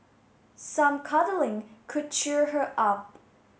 some cuddling could cheer her up